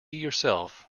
yourself